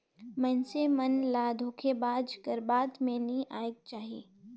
मइनसे मन ल धोखेबाज कर बात में नी आएक चाही